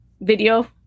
video